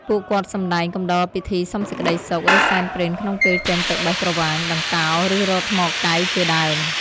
ពួកគាត់សម្ដែងកំដរពិធីសុំសេចក្ដីសុខ ឬសែនព្រេនក្នុងពេលចេញទៅបេះក្រវាញ ដង្កោ ឬរកថ្មកែវ ជាដើម។